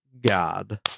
God